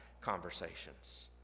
conversations